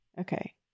Okay